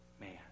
man